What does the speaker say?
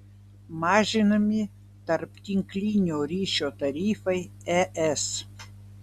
mažinami tarptinklinio ryšio tarifai es